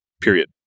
Period